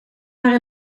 maar